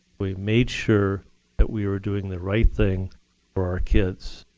we made sure that we were doing the right thing for our kids,